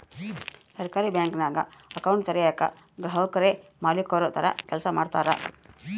ಸಹಕಾರಿ ಬ್ಯಾಂಕಿಂಗ್ನಾಗ ಅಕೌಂಟ್ ತೆರಯೇಕ ಗ್ರಾಹಕುರೇ ಮಾಲೀಕುರ ತರ ಕೆಲ್ಸ ಮಾಡ್ತಾರ